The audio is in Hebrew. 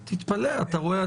תתפלא, אתה רואה?